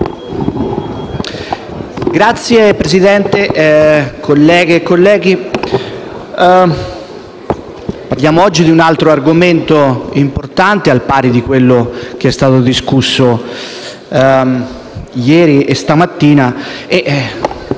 Signor Presidente, colleghe e colleghi, parliamo oggi di un altro argomento importante, al pari di quello che è stato discusso ieri e stamattina.